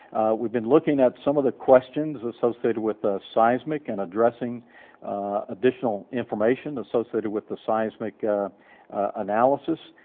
we've been looking at some of the questions associated with the seismic, and addressing additional information associated with the seismic analysis,